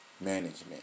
management